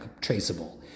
traceable